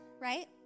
right